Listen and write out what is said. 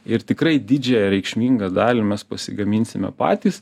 ir tikrai didžiąją reikšmingą dalį mes pasigaminsime patys